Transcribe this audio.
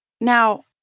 Now